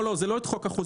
לא, זה לא את חוק החוזים.